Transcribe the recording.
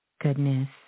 goodness